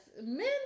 men